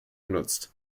benutzt